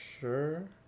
Sure